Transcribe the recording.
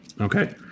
Okay